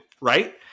Right